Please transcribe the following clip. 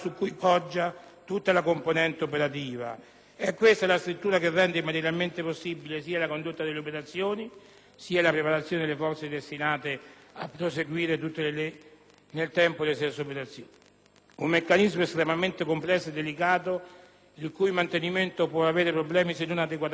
sia la preparazione delle forze destinate a proseguire nel tempo le stesse operazioni. Un meccanismo estremamente complesso e delicato il cui mantenimento può avere problemi se non adeguatamente finanziato, per quanto attiene sia al reclutamento di nuove giovani leve sia al reperimento di risorse economiche necessarie